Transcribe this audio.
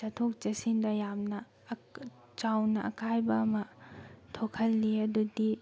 ꯆꯠꯊꯣꯛ ꯆꯠꯁꯤꯟꯗ ꯌꯥꯝꯅ ꯆꯥꯎꯅ ꯑꯀꯥꯏꯕ ꯑꯃ ꯊꯣꯛꯍꯜꯂꯤ ꯑꯗꯨꯗꯤ